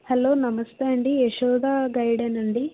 hello నమస్తే అండి యశోద గైడేనా అండి